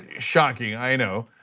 shocking i know.